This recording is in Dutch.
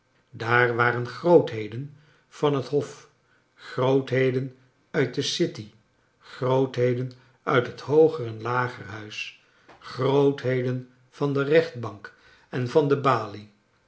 daar waren grootheden van het hof grootheden uit de city grootheden uit het hooger en lagerhuis grootheden van de rechtbank en van de balie